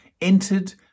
entered